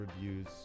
reviews